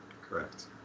Correct